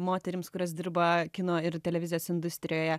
moterims kurios dirba kino ir televizijos industrijoje